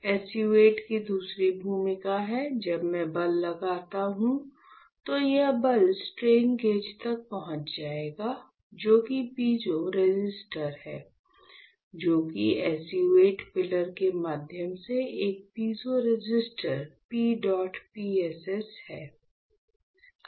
SU 8 की दूसरी भूमिका है जब मैं बल लगाता हूं तो यह बल स्ट्रेन गेज तक पहुंच जाएगा जो कि पीजो रेसिस्टर है जो कि SU 8 पिलर के माध्यम से एक पीजो रेसिस्टर PEDOT PSS है